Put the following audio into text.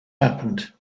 happened